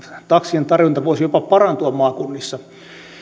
taksien tarjonta voisi jopa parantua maakunnissa